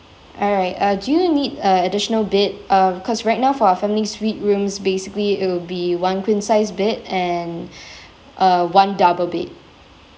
alright uh do you need a additional bed um cause right now for a family suite rooms basically it will be one queen size bed and uh one double bed